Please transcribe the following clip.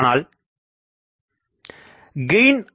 ஆனால் கெயின்